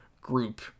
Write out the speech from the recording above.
group